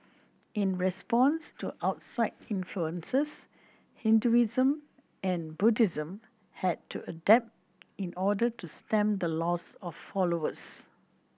in response to outside influences Hinduism and Buddhism had to adapt in order to stem the loss of followers